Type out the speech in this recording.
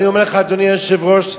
אדוני היושב-ראש,